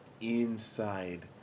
inside